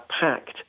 packed